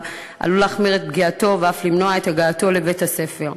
עלול להחמיר את פגיעתו ואף למנוע את הגעתו לבית-הספר.